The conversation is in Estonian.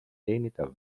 teenida